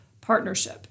partnership